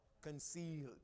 Concealed